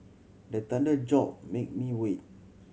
the thunder jolt make me wake